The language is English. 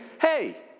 hey